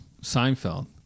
Seinfeld